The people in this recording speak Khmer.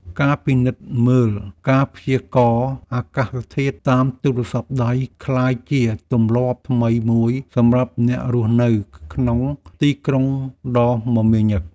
ការពិនិត្យមើលការព្យាករណ៍អាកាសធាតុតាមទូរស័ព្ទដៃក្លាយជាទម្លាប់ថ្មីមួយសម្រាប់អ្នករស់នៅក្នុងទីក្រុងដ៏មមាញឹក។